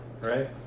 right